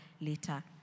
later